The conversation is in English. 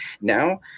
now